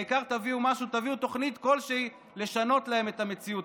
העיקר שתביאו תוכנית כלשהי כדי לשנות את המציאות.